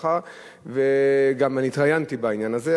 וגם התראיינתי בעניין הזה,